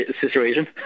situation